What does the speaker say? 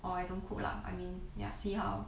or I don't cook lah I mean ya see how